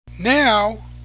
Now